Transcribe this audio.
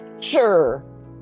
sure